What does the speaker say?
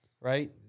Right